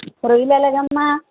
రొయ్యలు ఎలాగమ్మ